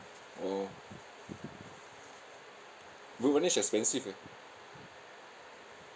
oh wood varnish expensive eh